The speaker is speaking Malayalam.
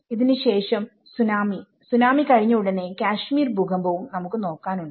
ഇതിന് ശേഷം സുനാമിയും സുനാമി കഴിഞ്ഞ ഉടനെ കശ്മീർ ഭൂകമ്പവും നമുക്ക് നോക്കാനുണ്ട്